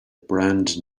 brand